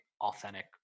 authentic